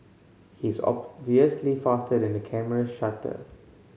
he is obviously faster than the camera shutter